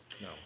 No